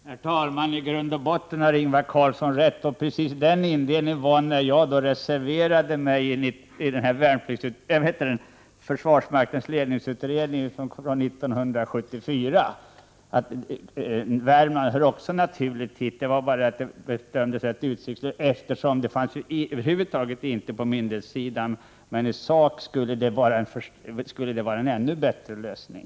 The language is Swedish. Herr talman! I grund och botten har Ingvar Karlsson rätt. Jag gjorde just denna invändning när jag reserverade mig i försvarsmaktens ledningsutredning 1974. Värmlands län hör naturligtvis till samma område, men det hela var utsiktslöst, eftersom frågan över huvud taget inte fanns med på myndighetssidan. Men egentligen skulle Ingvar Karlssons förslag vara en ännu bättre lösning.